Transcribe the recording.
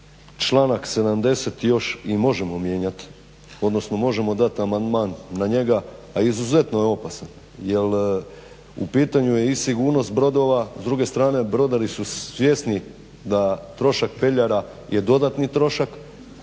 članak 70. još i možemo mijenjat, odnosno možemo dat amandman na njega, a izuzetno je opasan jer u pitanju je i sigurnost brodova. S druge strane brodari su svjesni da trošak peljara je dodatni trošak,